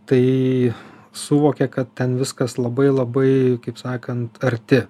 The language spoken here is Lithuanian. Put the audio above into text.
tai suvokia kad ten viskas labai labai kaip sakant arti